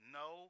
no